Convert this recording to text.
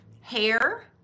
hair